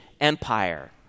empire